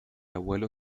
abuelo